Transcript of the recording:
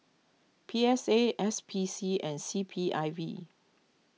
P S A S P C and C P I V